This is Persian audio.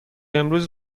امروز